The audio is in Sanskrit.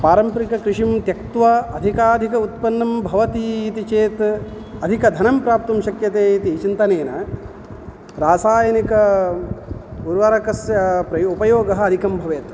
पारम्परिककृषिं त्यक्त्वा अधिकाधिक उत्पन्नं भवति इति चेत् अधिकधनं प्राप्तुं शक्यते इति चिन्तनेन रासायनिक उर्वारकस्य प्रयो उपयोगः अधिकं भवति